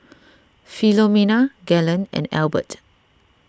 Philomena Galen and Albert